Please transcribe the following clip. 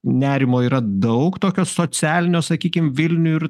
nerimo yra daug tokio socialinio sakykim vilniuj ir